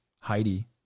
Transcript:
Heidi